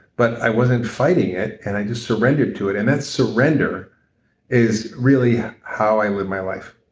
but i wasn't fighting it and i just surrendered to it and that surrender is really how i live my life.